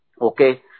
Okay